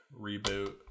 reboot